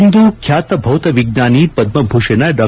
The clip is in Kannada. ಇಂದು ಖ್ಯಾತ ಭೌತವಿಜ್ಞಾನಿ ಪದ್ಮಭೂಷಣ ಡಾ